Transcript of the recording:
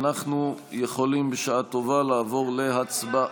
אנחנו יכולים בשעה טובה לעבור להצבעה.